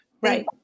Right